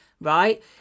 Right